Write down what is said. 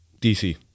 DC